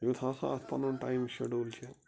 یُتھ ہسا اتھ پنُن ٹایم شڈوٗل چھ